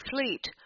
fleet